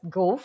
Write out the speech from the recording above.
go